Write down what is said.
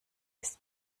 ist